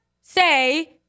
say